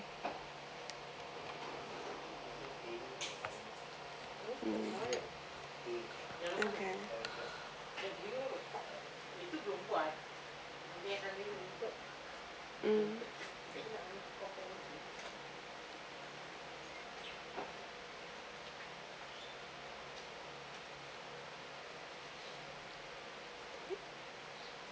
um okay um